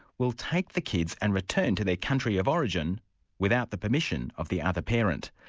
will take the kids and return to their country of origin without the permission of the other parent.